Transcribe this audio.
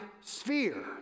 sphere